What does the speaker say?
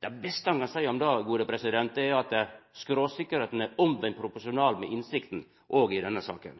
Det beste ein kan seia om det, er at skråsikkerheita er omvendt proporsjonal med innsikta – òg i denne saka.